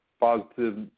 positive